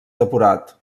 depurat